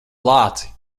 lāci